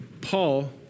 Paul